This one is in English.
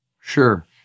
Sure